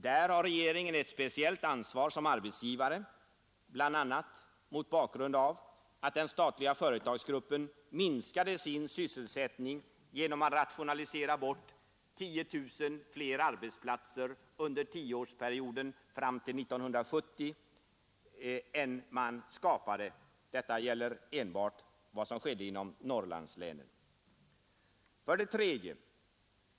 Där har regeringen ett speciellt ansvar som arbetsgivare, bl.a. mot bakgrund av att den statliga företagsgruppen minskade sin sysselsättning genom att rationalisera bort 10 000 fler arbetsplatser under tioårsperioden fram till 1970 än man skapade. Detta gäller enbart vad som skedde inom Norrlandslänen. 3.